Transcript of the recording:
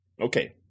Okay